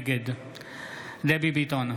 נגד דבי ביטון,